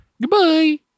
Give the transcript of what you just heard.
Goodbye